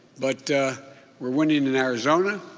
but we're winning in and arizona.